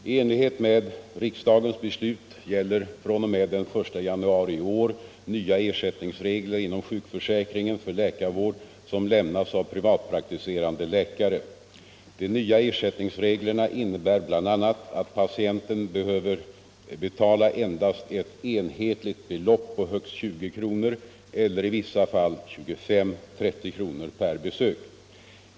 I enlighet med riksdagens beslut gäller fr.o.m. den 1 januari i år nya ersättningsregler inom sjukförsäkringen för läkarvård som lämnas av privatpraktiserande läkare. De nya ersättningsreglerna innebär bl.a. att patienten behöver betala endast ett enhetligt belopp på högst 20 kr. eller i vissa fall 25-30 kr. per besök.